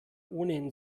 ohnehin